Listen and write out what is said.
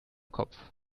kopf